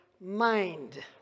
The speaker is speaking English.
mind